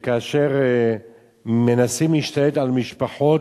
כאשר מנסים להשתלט על משפחות,